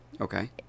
Okay